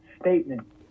statement